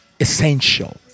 essential